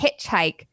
hitchhike